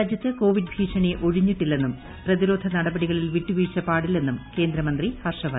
രാജ്യത്ത് കോവിഡ് ഭീഷണി ഒഴിഞ്ഞിട്ടില്ലെന്നും പ്രതിരോധ നടപടികളിൽ വിട്ടുവീഴ്ച പാടില്ലെന്നും കേന്ദ്രമന്ത്രി ഹർഷവർധൻ